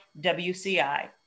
WCI